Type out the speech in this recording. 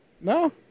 No